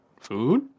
food